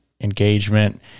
engagement